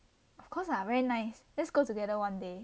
of course ah very nice let's go together one day